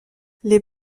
les